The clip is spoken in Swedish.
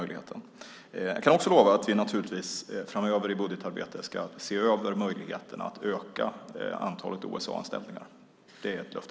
Jag kan också lova att vi naturligtvis framöver i budgetarbetet ska se över möjligheten att öka antalet OSA-anställningar. Det är ett löfte.